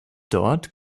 dort